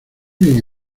bien